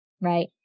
right